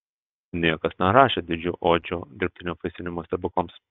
niekas nerašė didžių odžių dirbtinio apvaisinimo stebuklams